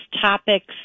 topics